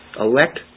elect